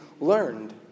learned